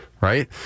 right